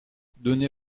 donné